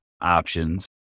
options